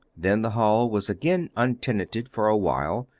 then the hall was again untenanted for awhile,